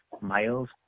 miles